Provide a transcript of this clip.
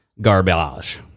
garbage